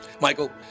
Michael